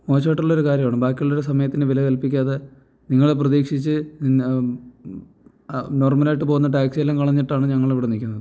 മോശം ആയിട്ടുള്ളൊരു കാര്യമാണ് ബാക്കി ഉള്ളവരുടെ സമയത്തിന് വില കൽപ്പിക്കാതെ നിങ്ങളെ പ്രതീക്ഷിച്ച് നിന്ന നോർമൽ ആയിട്ട് പോകുന്ന ടാക്സി എല്ലാം കളഞ്ഞിട്ടാണ് ഞങ്ങൾ ഇവിടെ നിൽക്കുന്നത്